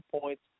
points